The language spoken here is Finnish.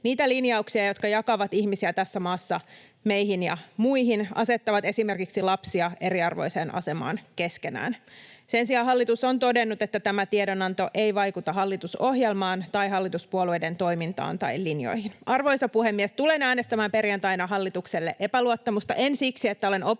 niitä linjauksia, jotka jakavat ihmisiä tässä maassa meihin ja muihin, asettavat esimerkiksi lapsia eriarvoiseen asemaan keskenään. Sen sijaan hallitus on todennut, että tämä tiedonanto ei vaikuta hallitusohjelmaan tai hallituspuolueiden toimintaan tai linjoihin. Arvoisa puhemies! Tulen äänestämään perjantaina hallitukselle epäluottamusta, en siksi, että olen oppositiossa,